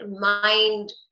mind